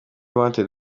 wanted